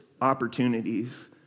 opportunities